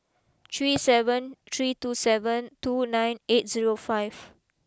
three seven three two seven two nine eight zero five